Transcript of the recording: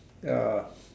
ya